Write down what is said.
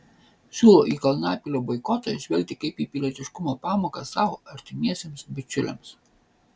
siūlau į kalnapilio boikotą žvelgti kaip į pilietiškumo pamoką sau artimiesiems bičiuliams